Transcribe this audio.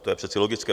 To je přece logické.